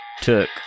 took